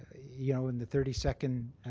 you know in the thirty second